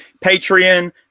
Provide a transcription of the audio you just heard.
patreon